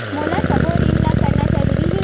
मोला सबो ऋण ला करना जरूरी हे?